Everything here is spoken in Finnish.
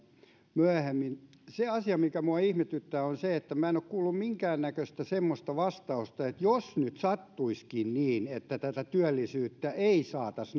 myöhemmin asia mikä minua ihmetyttää on se että minä en ole kuullut minkään näköistä vastausta siihen että jos nyt sattuisikin niin että tätä työllisyyttä ei saataisi